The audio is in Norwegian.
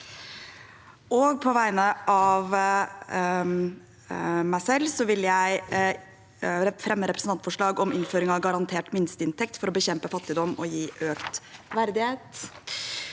Bastholm og meg selv vil jeg fremme representantforslag om innføring av en garantert minsteinntekt for å bekjempe fattigdom og gi økt verdighet.